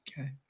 okay